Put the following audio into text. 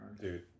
dude